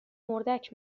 اردک